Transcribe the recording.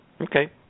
Okay